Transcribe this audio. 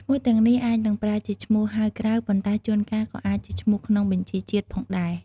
ឈ្មោះទាំងនេះអាចនឹងប្រើជាឈ្មោះហៅក្រៅ ប៉ុន្តែជួនកាលក៏អាចជាឈ្មោះក្នុងបញ្ជីជាតិផងដែរ។